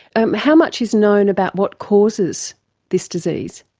um how much is known about what causes this disease?